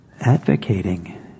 advocating